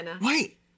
Wait